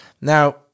now